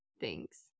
Thanks